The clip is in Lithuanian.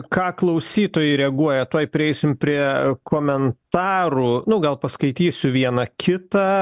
ką klausytojai reaguoja tuoj prieisim prie komentarų nu gal paskaitysiu vieną kitą